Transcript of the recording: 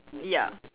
ya